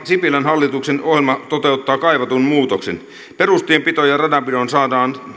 sipilän hallituksen ohjelma toteuttaa kaivatun muutoksen perustienpitoon ja ja radanpitoon saadaan